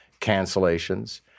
cancellations